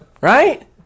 Right